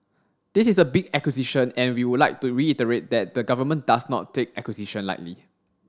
this is a big acquisition and we would like to reiterate that the government does not take acquisition lightly